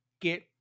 get